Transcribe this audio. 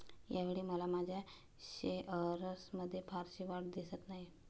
यावेळी मला माझ्या शेअर्समध्ये फारशी वाढ दिसत नाही